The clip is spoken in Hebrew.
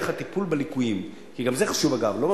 זה טוב מאוד.